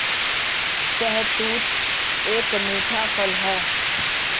शहतूत एक मीठा फल है